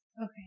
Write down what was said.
Okay